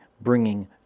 bringing